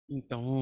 Então